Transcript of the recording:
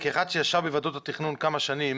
כאחד שישב בוועדות התכנון כמה שנים,